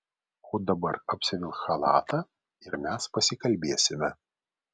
o dabar apsivilk chalatą ir mes pasikalbėsime